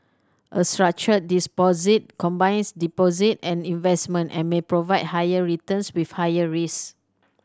a structured deposit combines deposits and investment and may provide higher returns with higher risk